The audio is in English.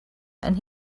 and